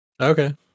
Okay